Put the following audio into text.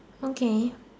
okay